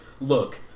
look